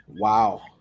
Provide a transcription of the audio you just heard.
Wow